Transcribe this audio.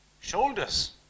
shoulders